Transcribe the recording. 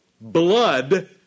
blood